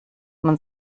man